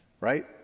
Right